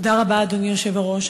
תודה רבה, אדוני היושב-ראש.